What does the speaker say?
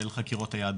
של בירורי יהדות.